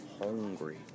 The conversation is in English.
Hungry